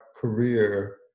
career